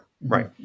Right